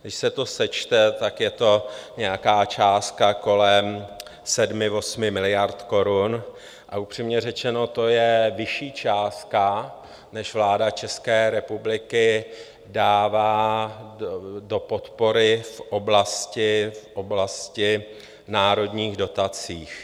Když se to sečte, tak je to nějaká částka kolem 7,8 miliard korun, a upřímně řečeno, to je vyšší částka, než vláda České republiky dává do podpory v oblasti národních dotací.